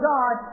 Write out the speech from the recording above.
God